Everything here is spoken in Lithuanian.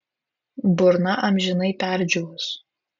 burna amžinai perdžiūvus